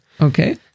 okay